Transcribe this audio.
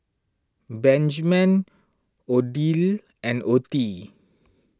Benjman Odile and Ottie